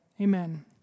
Amen